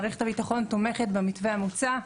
מערכת הביטחון תומכת במתווה המוצע,